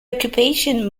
occupation